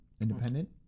Independent